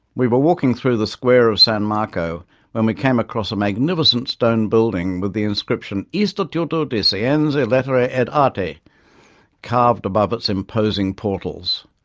we were walking through the square of san marco when we came across a magnificent stone building with the inscription istituto di scienze lettere ah ed arti carved above its imposing portals,